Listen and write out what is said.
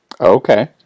okay